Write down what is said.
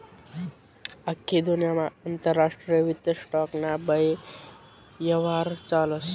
आख्खी दुन्यामा आंतरराष्ट्रीय वित्त स्टॉक ना बये यव्हार चालस